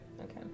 Okay